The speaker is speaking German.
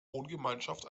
wohngemeinschaft